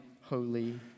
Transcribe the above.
holy